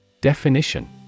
Definition